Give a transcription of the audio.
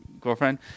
girlfriend